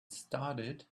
started